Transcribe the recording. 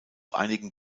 einigen